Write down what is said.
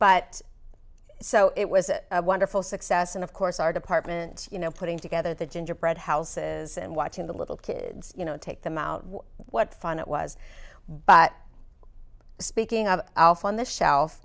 but so it was a wonderful success and of course our department you know putting together the gingerbread houses and watching the little kids you know take them out what fun it was but speaking of alpha on the shelf